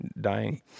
dying